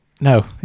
No